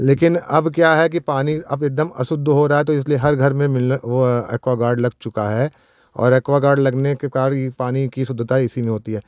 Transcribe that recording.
लेकिन अब क्या है कि पानी अब एकदम अशुद्ध हो रहा है तो इसलिए हर घर में मिल्ल वह एक्वागार्ड लग चुका है और एक्वागार्ड लगने के कारण पानी कि शुद्धता इसी में होती है